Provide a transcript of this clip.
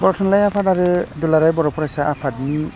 बर' थुनलाइ आफाद आरो दुलाराय बर' फरायसा आफादनि